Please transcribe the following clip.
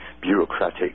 bureaucratic